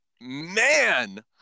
Man